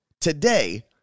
today